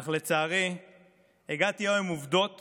אך לצערי הגעתי היום עם עובדות